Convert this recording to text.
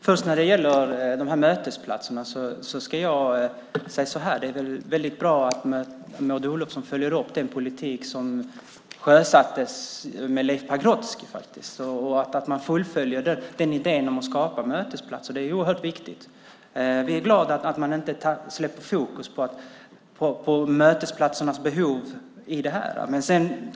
Herr talman! Apropå mötesplatserna vill jag säga att det är väldigt bra att Maud Olofsson följer upp den politik som sjösattes av Leif Pagrotsky. Man fullföljer idén om att skapa mötesplatser, och det är oerhört viktigt. Vi är glada för att man inte släpper fokus på behovet av mötesplatser i detta.